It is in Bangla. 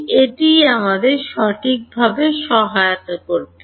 এটিই আমাদের সঠিকভাবে সহায়তা করতে চলেছে